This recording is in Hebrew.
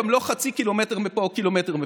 גם לא חצי קילומטר מפה או קילומטר מפה.